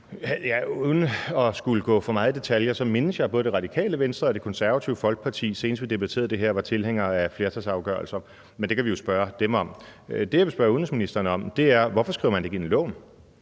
Uden at skulle gå for meget i detaljer mindes jeg, at både Radikale Venstre og Det Konservative Folkeparti, senest vi debatterede det her, var tilhængere af flertalsafgørelser – men det kan vi jo spørge dem om. Det, jeg vil spørge udenrigsministeren om, er, hvorfor man ikke skriver det ind i loven.